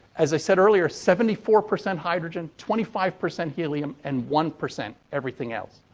as i said earlier, seventy four percent hydrogen, twenty five percent helium and one percent everything else.